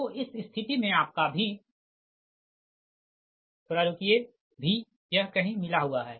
तो इस स्थिति मे आपका V थोड़ा रुकिए यह कहीं मिला हुआ है